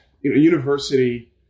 university